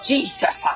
Jesus